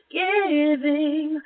giving